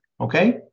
okay